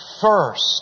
first